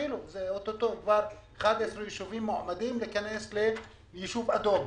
כבר 11 ישובים מועמדים להיות ישובים אדומים.